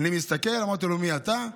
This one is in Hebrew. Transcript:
אני מסתכל, אמרתי לו: מי אתה?